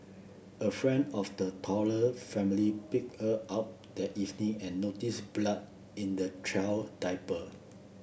a friend of the toddler family picked her up that evening and noticed blood in the child diaper